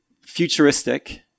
futuristic